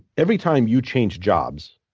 every time you change jobs,